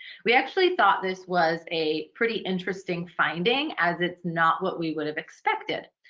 we actually thought this was a pretty interesting finding as it's not what we would have expected.